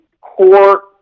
core